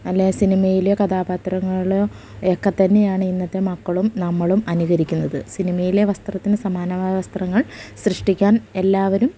അല്ലെങ്കില് സിനിമയിലെ കഥാപാത്രങ്ങളോ ഒക്കെ തന്നെയാണ് ഇന്നത്തെ മക്കളും നമ്മളും അനുകരിക്കുന്നത് സിനിമയിലെ വസ്ത്രത്തിന് സമാനമായ വസ്ത്രങ്ങൾ സൃഷ്ടിക്കാൻ എല്ലാവരും